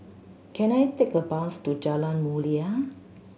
can I take a bus to Jalan Mulia